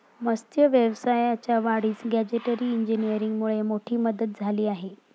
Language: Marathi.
मत्स्य व्यवसायाच्या वाढीस गॅजेटरी इंजिनीअरिंगमुळे मोठी मदत झाली आहे